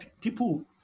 people